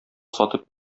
сатып